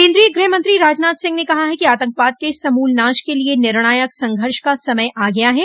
केन्द्रीय गृहमंत्री राजनाथ सिंह ने कहा है कि आतंकवाद के समूल नाश के लिये निर्णायक संघर्ष का समय आ गया है